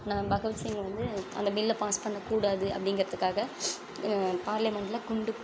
ந பகவத்சிங் வந்து அந்த பில்லை பாஸ் பண்ணக்கூடாது அப்படிங்கறதுக்காக பார்லிமெண்ட்ல குண்டு